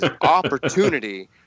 opportunity